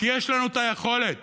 יש לנו את היכולת